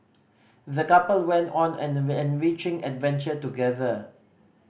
the couple went on an enriching adventure together